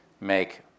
make